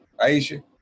Aisha